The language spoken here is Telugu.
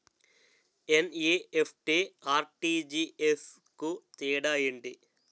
ఎన్.ఈ.ఎఫ్.టి, ఆర్.టి.జి.ఎస్ కు తేడా ఏంటి?